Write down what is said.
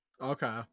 Okay